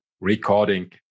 recording